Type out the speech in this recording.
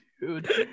dude